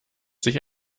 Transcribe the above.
sich